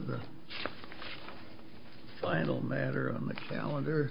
the final matter on the calendar